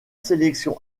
sélection